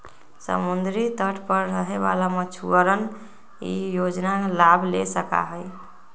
समुद्री तट पर रहे वाला मछुअरवन ई योजना के लाभ ले सका हई